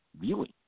viewing